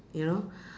you know